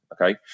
Okay